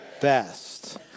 best